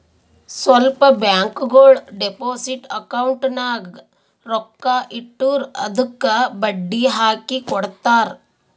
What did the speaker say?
ಸ್ವಲ್ಪ ಬ್ಯಾಂಕ್ಗೋಳು deposit account ನಾಗ್ ರೊಕ್ಕಾ ಇಟ್ಟುರ್ ಅದ್ದುಕ ಬಡ್ಡಿ ಹಾಕಿ ಕೊಡ್ತಾರ್